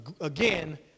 again